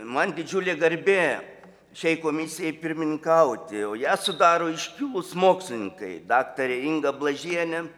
man didžiulė garbė šiai komisijai pirmininkauti o ją sudaro iškilūs mokslininkai daktarė inga blažienė